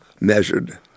measured